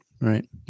Right